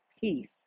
peace